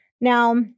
Now